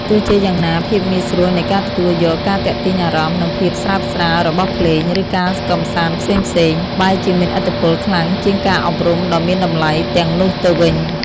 ទោះជាយ៉ាងណា ភាពងាយស្រួលនៃការទទួលយក ការទាក់ទាញអារម្មណ៍ និងភាពស្រើបស្រាលរបស់ភ្លេង ឬការកម្សាន្តផ្សេងៗ បែរជាមានឥទ្ធិពលខ្លាំងជាងការអប់រំដ៏មានតម្លៃទាំងនោះទៅវិញ។